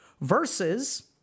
versus